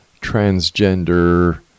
transgender